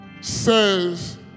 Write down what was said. says